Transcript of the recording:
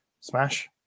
Smash